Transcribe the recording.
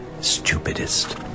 stupidest